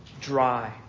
dry